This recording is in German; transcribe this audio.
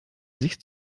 sicht